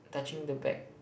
touching the back